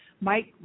Mike